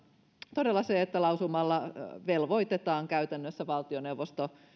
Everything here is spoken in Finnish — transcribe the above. todella se että lausumalla velvoitetaan käytännössä valtioneuvosto